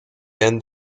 end